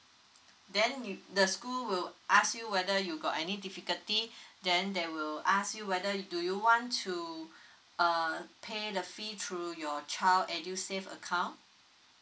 then the school will ask you whether you got any difficulty then they will ask you whether do you want to uh pay the fee through your child edusave account